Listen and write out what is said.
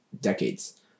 decades